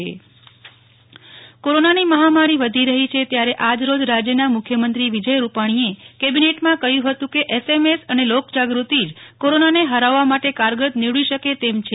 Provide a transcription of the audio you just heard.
નેહ્લ ઠક્કર મુખ્યમંત્રી કેબીનેટ કોરોનાની મહામારી વધી રહી છે ત્યારે આજ રોજ રાજયના મુખ્યમંત્રી વિજય રૂપાણીએ કેબીનેટમાં કહ્યુ હતુ કે એસએમએસ અને લોકજાગૃતી જ કોરોનાને હરાવવા માટે કારગત નિવડી શકે તેમ છે